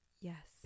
Yes